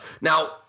Now